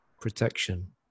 protection